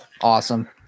awesome